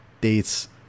dates